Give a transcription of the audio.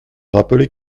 rappeler